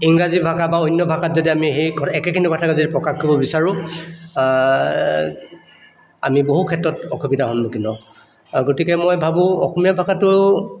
ইংৰাজী ভাষা বা অন্য ভাষাত যদি আমি সেই একেখিনি কথাকে যদি প্ৰকাশ কৰিব বিচাৰোঁ আমি বহু ক্ষেত্ৰত অসুবিধাৰ সন্মুখীন হওঁ আৰু গতিকে মই ভাবোঁ অসমীয়া ভাষাটো